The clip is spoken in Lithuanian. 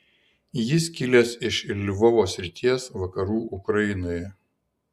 jis kilęs iš lvovo srities vakarų ukrainoje